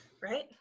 Right